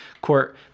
court